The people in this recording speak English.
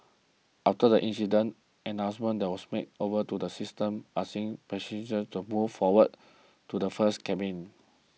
after the incident an announcement was made over to the systems asking for passengers to move forward to the first cabin